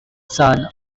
son